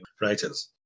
writers